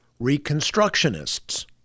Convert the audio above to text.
Reconstructionists